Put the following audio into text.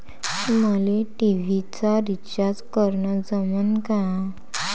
मले टी.व्ही चा रिचार्ज करन जमन का?